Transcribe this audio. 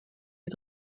die